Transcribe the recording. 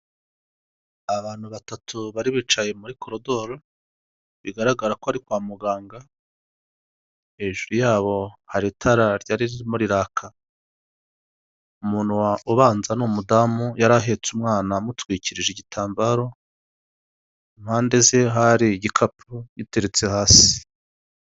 Abantu batatu bari bicaye muri korodoro, bigaragara ko ari kwa muganga, hejuru yabo hari itara ryari ririmo riraka, umuntu wa ubanza ni umudamu yari ahetse umwana amutwikirije igitambaro, impande ze hari igikapu giteretse hasi.